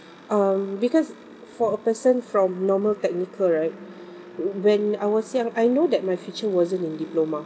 um because for a person from normal technical right when I was young I know that my future wasn't in diploma